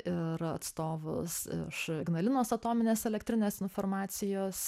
ir atstovus iš ignalinos atominės elektrinės informacijos